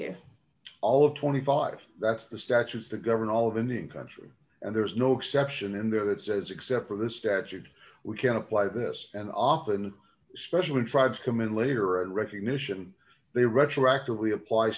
can all of twenty five that's the statutes to govern all of indian country and there is no exception in there that says except for this statute we can apply this and often special in tribes come in later and recognition they retroactively apply